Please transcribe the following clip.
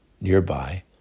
nearby